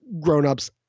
grownups